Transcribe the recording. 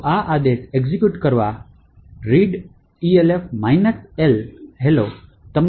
તો આ આદેશ એક્ઝેક્યુટ કરવા પર readelf L hello તમને આનું આઉટપુટ મળશે